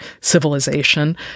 civilization